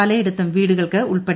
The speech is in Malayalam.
പലയിടത്തുംവീടുകൾക്ക് ഉൾപ്പടെ